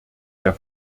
der